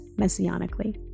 messianically